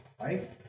right